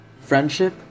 friendship